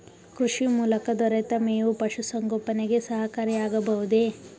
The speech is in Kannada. ಕೃಷಿ ಮೂಲಕ ದೊರೆತ ಮೇವು ಪಶುಸಂಗೋಪನೆಗೆ ಸಹಕಾರಿಯಾಗಬಹುದೇ?